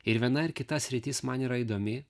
ir viena ir kita sritis man yra įdomi